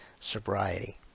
sobriety